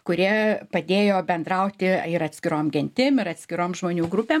kurie padėjo bendrauti ir atskirom gentim ir atskirom žmonių grupėm